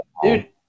Dude